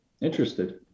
interested